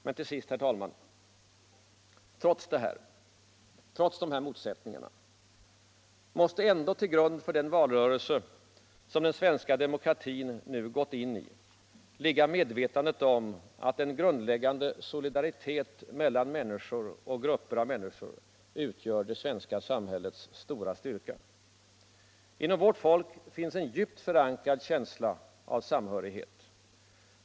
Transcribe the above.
Men, herr talman, trots dessa motsättningar måste ändå till grund för den valrörelse som den svenska demokratin nu gått in i ligga medvetandet om att den grundläggande solidariteten mellan människor och grupper av människor utgör vårt samhälles stora styrka. Inom vårt folk finns en djupt förankrad känsla av samhörighet.